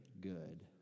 good